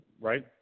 right